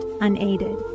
unaided